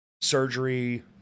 surgery